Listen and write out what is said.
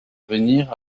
venir